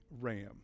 ram